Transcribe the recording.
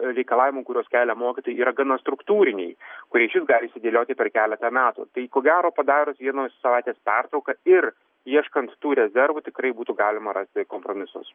reikalavimų kuriuos kelia mokytojai yra gana struktūriniai kurie išvis gali išsidėlioti per keletą metų tai ko gero padarius vienos savaitės pertrauką ir ieškant tų rezervų tikrai būtų galima rasti kompromisus